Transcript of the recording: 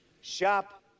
shop